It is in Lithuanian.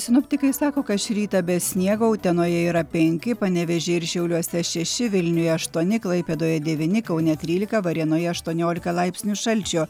sinoptikai sako kad šį rytą be sniego utenoje yra penki panevėžyje ir šiauliuose šeši vilniuje aštuoni klaipėdoje devyni kaune trylika varėnoje aštuoniolika laipsnių šalčio